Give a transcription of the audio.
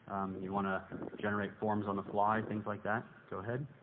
you want to generate forms on the fly, things like that. go ahead.